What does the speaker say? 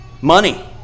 money